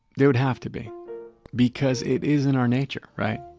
they would have to be because it is in our nature, right?